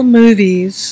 movies